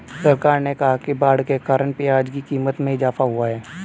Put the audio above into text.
सरकार ने कहा कि बाढ़ के कारण प्याज़ की क़ीमत में इजाफ़ा हुआ है